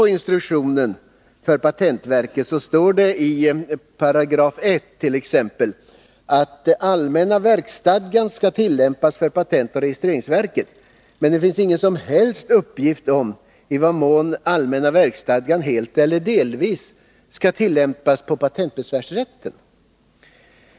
I instruktionen för patentverket står t.ex. i 1 § att den allmänna verksstadgan skall tillämpas för patentoch registreringsverket, men det finns ingen som helst uppgift om i vad mån den allmänna verksstadgan helt eller delvis skall tillämpas på patentbesvärsrätten.